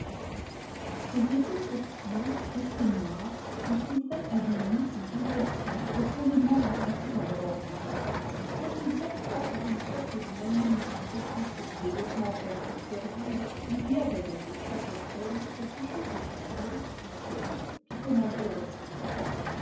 ses épais sourcils restés noirs recouvraient à demi ses yeux perçants profondément enfoncés dans leur orbite quoiqu'il portât par une sorte de manie misanthropique des vêtements presque sordides il y avait dans toute sa personne quelque chose de calme de fier qui commandait le respect